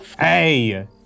Hey